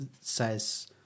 says